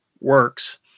works –